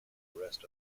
rest